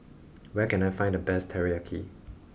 where can I find the best Teriyaki